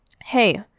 hey